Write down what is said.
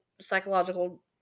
psychological